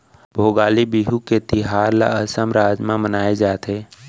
भोगाली बिहू के तिहार ल असम राज म मनाए जाथे